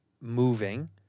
moving